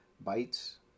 bites